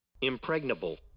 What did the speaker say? Impregnable